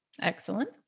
Excellent